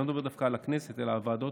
אני לא מדבר דווקא על הכנסת אלא על הוועדות